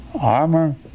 armor